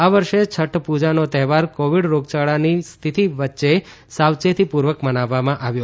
આ વર્ષે છઠ પુજાનો તહેવાર કોવીડ રોગયાળાની સ્થિતિ વચે સાવચેતી પુર્વક મનાવવામાં આવ્યો